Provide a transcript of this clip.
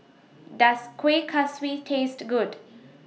Does Kuih Kaswi Taste Good